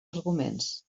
arguments